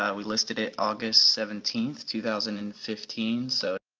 ah we listed it august seventeenth, two thousand and fifteen so,